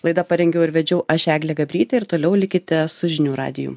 laidą parengiau ir vedžiau aš eglė gabrytė ir toliau likite su žinių radiju